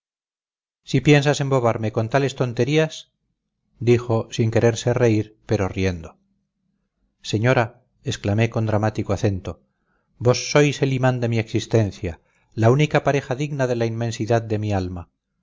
si piensas embobarme con tales tonterías dijo sin quererse reír pero riendo señora exclamé con dramático acento vos sois el imán de mi existencia la única pareja digna de la inmensidad de mi alma